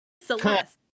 Celeste